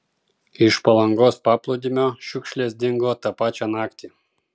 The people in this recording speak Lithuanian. iš palangos paplūdimio šiukšlės dingo tą pačią naktį